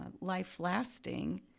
life-lasting